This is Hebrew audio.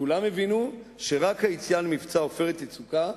כולם הבינו שרק היציאה למבצע "עופרת יצוקה",